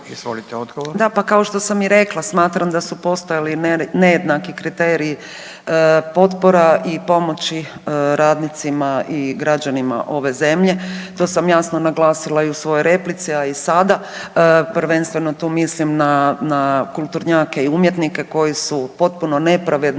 Da pa kao što sam i rekla, smatram da su postojali nejednaki kriteriji potpora i pomoći radnicima i građanima ove zemlje. To sam jasno naglasila i u svojoj replici, a i sada. Prvenstveno tu mislim na kulturnjake i umjetnike koji su potpuno nepravedno